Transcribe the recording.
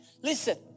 listen